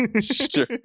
Sure